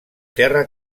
terra